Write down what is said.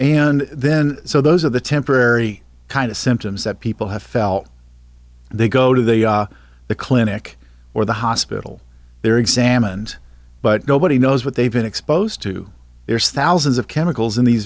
and then so those are the temporary kind of symptoms that people have felt they go to they are the clinic or the hospital they're examined but nobody knows what they've been exposed to there's thousands of chemicals in these